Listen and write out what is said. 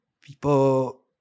people